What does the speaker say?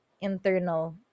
internal